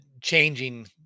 changing